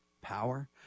power